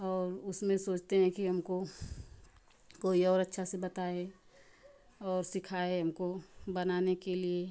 और उसमें सोचते हैं कि हमको कोई और अच्छा से बताए और सिखाए हमको बनाने के लिए